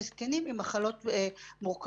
וזקנים הם עם מחלות מורכבות,